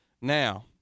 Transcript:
Now